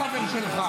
החבר שלך.